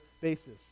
basis